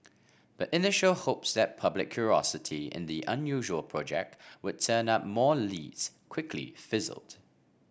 but initial hopes that public curiosity in the unusual project would turn up more leads quickly fizzled